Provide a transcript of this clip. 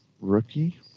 rookie